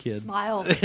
smile